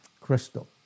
crystal